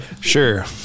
Sure